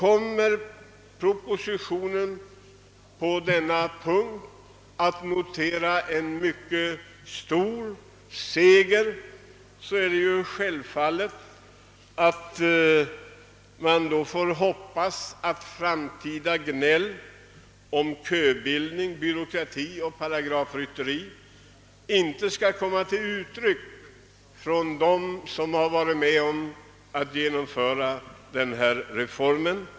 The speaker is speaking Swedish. Om propositionen på denna punkt kommer att notera en mycket stor seger, får man självfallet hoppas att ett framtida gnäll om köbildning, byråkrati och paragrafrytteri inte skall komma till uttryck från dem som varit med om att genomföra denna »reform».